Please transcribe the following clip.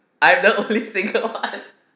I'm the only single [one]